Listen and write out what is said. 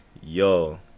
Yo